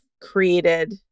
created